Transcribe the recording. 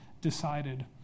decided